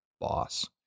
boss